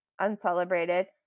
uncelebrated